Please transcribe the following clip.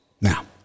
Now